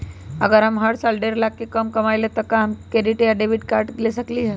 अगर हम हर साल डेढ़ लाख से कम कमावईले त का हम डेबिट कार्ड या क्रेडिट कार्ड ले सकली ह?